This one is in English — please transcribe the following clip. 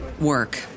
work